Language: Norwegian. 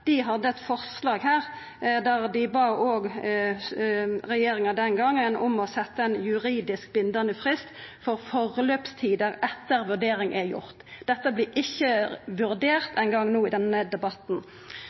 dei bad regjeringa den gongen om å setja ein juridisk bindande frist for forløpstider etter at vurdering er gjort. Dette vert ikkje